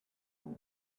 rule